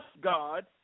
God